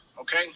Okay